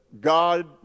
God